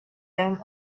them